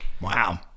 Wow